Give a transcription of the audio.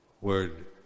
word